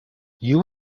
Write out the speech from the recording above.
you